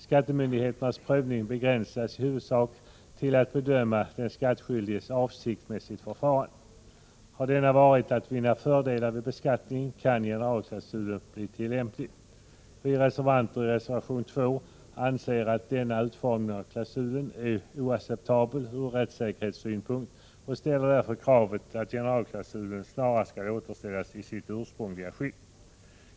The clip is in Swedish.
Skattemyndigheternas prövning begränsas i huvudsak till att bedöma den skattskyldiges avsikt med sitt förfarande. Har denna varit att vinna fördelar vid beskattningen, kan generalklausulen bli tillämplig. Vi som står bakom reservation 2 anser att denna utformning av klausulen är oacceptabel ur rättssäkerhetssynpunkt. Vi ställer därför kravet att generalklausulen snarast skall återställas i sitt ursprungliga skick.